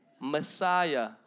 Messiah